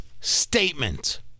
statement